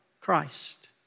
Christ